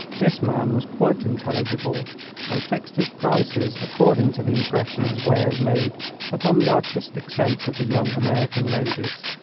this man was quite intelligible and fixed his prices according to the impression his wares made upon the artistic sense of the young american ladies.